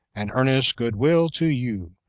and earnest good-will to you,